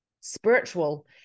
spiritual